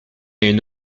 une